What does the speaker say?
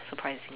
surprising